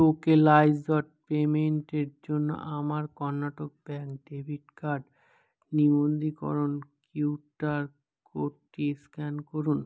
tokenised পেমেন্টের জন্য আমার কর্ণাটক ব্যাঙ্ক ডেবিট কার্ড নিবন্ধীকরণ কিউআর কোডটি স্ক্যান করুন